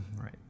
Right